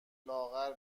لاغر